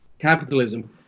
capitalism